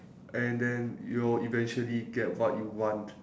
and then you will eventually get what you want